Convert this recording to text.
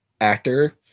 actor